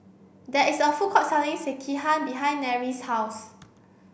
there is a food court selling Sekihan behind Nery's house